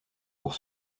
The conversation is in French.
pour